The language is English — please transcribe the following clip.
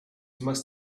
must